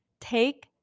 Take